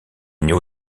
néo